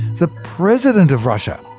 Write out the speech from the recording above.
the president of russia,